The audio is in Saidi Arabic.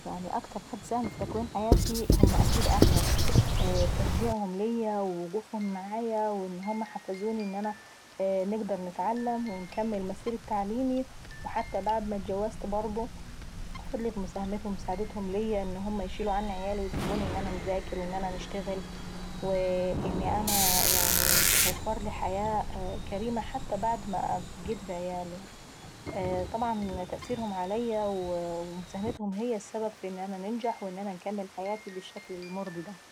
يعني اكتر حد ساهم في تكوين هما اكيد اهلاي. تشجيعهم ليا ووقوفهم معاية وان هما حفزوني ان انا نقدر نتعلم ونكل مسيرة تعليمي حتى بعد ما اتجوزت برضه فضلت مساعدتهم ومساهمتهم ليا ان هما يشيلوا عني عيالاي ويسبوني ان انا نذاكر وان انا نشتغل، وان انا يعنييي تتوفرلي حياة كريمة حتى بعد ما بقيت بعيالي. طبعا تأثيرهم ومساهتمهم ليا هي اللي ساعدتني ان انا نكمل حياتي بالشكل المرضي دا.